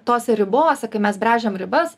tose ribose kai mes brėžiam ribas